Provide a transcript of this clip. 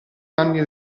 anni